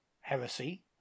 heresy